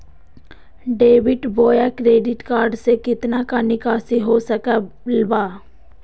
Debit बोया credit card से कितना का निकासी हो सकल बा?